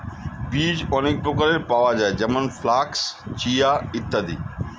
বীজ অনেক প্রকারের পাওয়া যায় যেমন ফ্ল্যাক্স, চিয়া ইত্যাদি